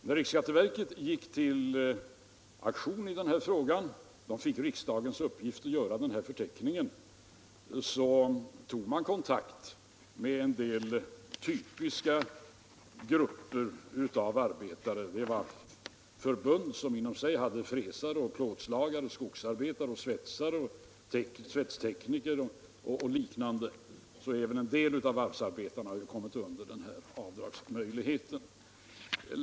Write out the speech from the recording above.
När riksskatteverket gick till aktion i den här frågan sedan det fått riksdagens uppgift att göra denna förteckning så tog verket kontakt med en del typiska grupper av arbetare genom fackförbund som inom sig hade fräsare, plåtslagare, skogsarbetare, svetstekniker och andra arbetare. Så även en del varvsarbetare har kommit att beröras av den här avdragsmöjligheten.